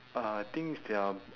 uh I think it's their